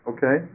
Okay